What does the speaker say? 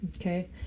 Okay